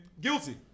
guilty